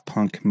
Punk